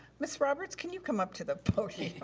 miss roberts can you come up to the podium,